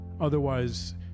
Otherwise